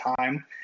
time